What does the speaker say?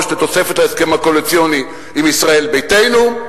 לתוספת להסכם הקואליציוני עם ישראל ביתנו.